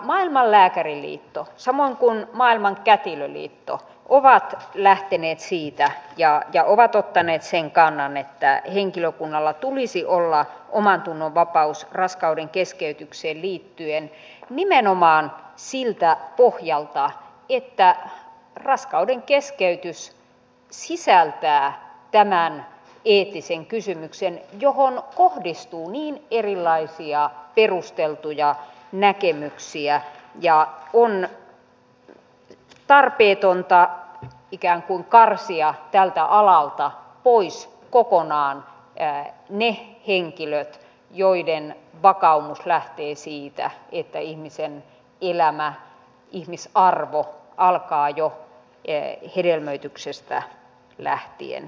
maailman lääkäriliitto samoin kuin maailman kätilöliitto ovat lähteneet siitä ja ovat ottaneet sen kannan että henkilökunnalla tulisi olla omantunnonvapaus raskaudenkeskeytykseen liittyen nimenomaan siltä pohjalta että raskaudenkeskeytys sisältää tämän eettisen kysymyksen johon kohdistuu niin erilaisia perusteltuja näkemyksiä ja on tarpeetonta ikään kuin karsia tältä alalta pois kokonaan ne henkilöt joiden vakaumus lähtee siitä että ihmisen elämä ihmisarvo alkaa jo hedelmöityksestä lähtien